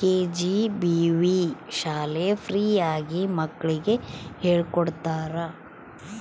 KGBV ಶಾಲೆ free ಆಗಿ ಮಕ್ಳಿಗೆ ಹೇಳ್ಕೊಡ್ತರ